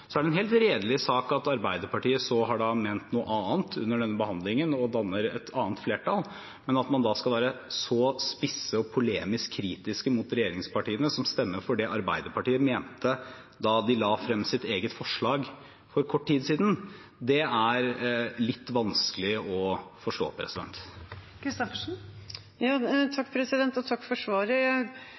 er en helt redelig sak at Arbeiderpartiet så har nevnt noe annet under denne behandlingen og danner et annet flertall, men at man da skal være så spisse og polemisk kritiske mot regjeringspartiene, som stemmer for det Arbeiderpartiet mente da de la fram sitt eget forslag for kort tid siden, det er litt vanskelig å forstå. Takk for svaret. Jeg følte ikke helt at jeg